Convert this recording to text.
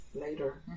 Later